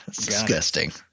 Disgusting